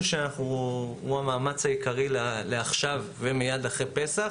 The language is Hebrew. זה המאמץ העיקרי לעכשיו ומייד אחרי פסח.